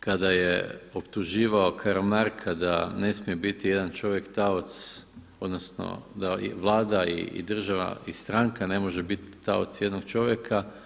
kada je optuživao Karamarka da ne smije biti jedan čovjek taoc odnosno da Vlada i država i stranka ne može biti taoc jednog čovjeka.